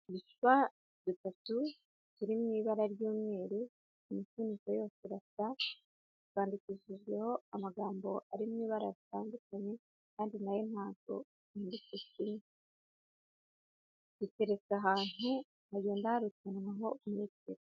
Ibicupa bitatu birimo ibara ry'umweru imifuniko yose irasa bwandikishijweho amagambo ari mu ibara ritandukanye kandi nayo ntabwo yanditswe kimwe, ateretse ahantu hagenda harutanwa aho imitwe.